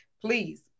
please